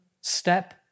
step